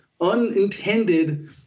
unintended